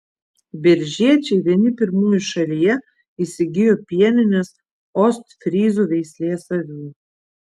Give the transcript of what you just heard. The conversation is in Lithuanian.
biržiečiai vieni pirmųjų šalyje įsigijo pieninės ostfryzų veislės avių